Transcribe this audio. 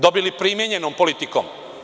Dobili primenjenom politikom.